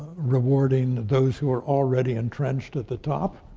rewarding those who are already entrenched at the top.